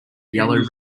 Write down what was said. yellow